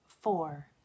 four